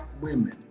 women